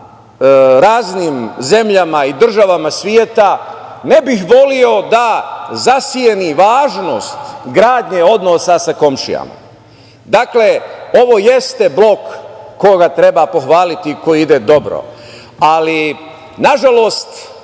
raznim zemljama i državama sveta ne bih voleo da zaseni važnost gradnje odnosa sa komšijama. Dakle, ovo jeste blok koji treba pohvaliti, koji ide dobro, ali, nažalost,